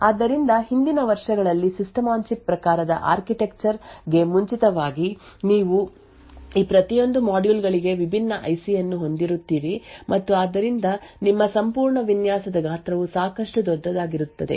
ಆದ್ದರಿಂದ ಹಿಂದಿನ ವರ್ಷಗಳಲ್ಲಿ ಸಿಸ್ಟಮ್ ಆನ್ ಚಿಪ್ ಪ್ರಕಾರದ ಆರ್ಕಿಟೆಕ್ಚರ್ ಗೆ ಮುಂಚಿತವಾಗಿ ನೀವು ಈ ಪ್ರತಿಯೊಂದು ಮಾಡ್ಯೂಲ್ ಗಳಿಗೆ ವಿಭಿನ್ನ ಐಸಿ ಅನ್ನು ಹೊಂದಿರುತ್ತೀರಿ ಮತ್ತು ಆದ್ದರಿಂದ ನಿಮ್ಮ ಸಂಪೂರ್ಣ ವಿನ್ಯಾಸದ ಗಾತ್ರವು ಸಾಕಷ್ಟು ದೊಡ್ಡದಾಗಿರುತ್ತದೆ